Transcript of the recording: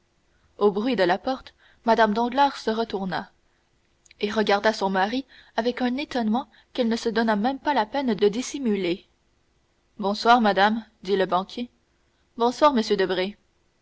au bruit de la porte mme danglars se retourna et regarda son mari avec un étonnement qu'elle ne se donna même pas la peine de dissimuler bonsoir madame dit le banquier bonsoir monsieur